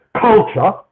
culture